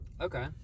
okay